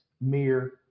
mere